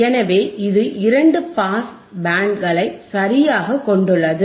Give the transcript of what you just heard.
எனவே இது இரண்டு பாஸ் பேண்டுகளை சரியாகக் கொண்டுள்ளது